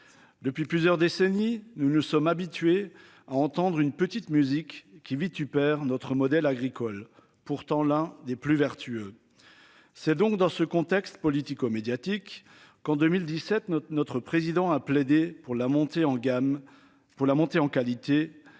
Depuis plusieurs décennies, nous nous sommes habitués à entendre une petite musique qui vitupère notre modèle agricole. Pourtant l'un des plus vertueux. C'est donc dans ce contexte politico-médiatique qu'en 2017 notre, notre président a plaidé pour la montée en gamme pour la montée en qualité